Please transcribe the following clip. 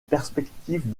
perspectives